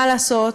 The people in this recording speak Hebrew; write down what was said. מה לעשות,